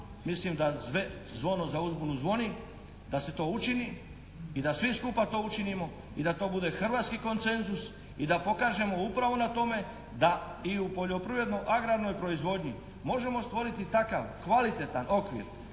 mislim da zvono za uzbunu zvoni da se to učini i da svi skupa to učinimo i da to bude hrvatski koncenzus i da pokažemo upravo na tome da i u poljoprivredno-agrarnoj proizvodnji možemo stvoriti takav kvalitetan okvir,